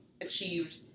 achieved